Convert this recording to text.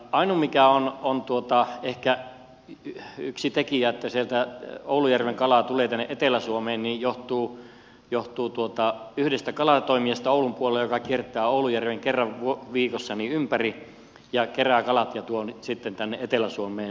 ainut mikä on ehkä yksi tekijä siinä että oulujärven kalaa tulee tänne etelä suomeen on yhdestä kalatoimija oulun puolella joka kiertää oulujärven kerran viikossa ympäri ja kerää kalat ja tuo ne sitten tänne etelä suomeen markkinoille